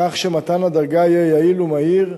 כך שמתן הדרגה יהיה יעיל ומהיר,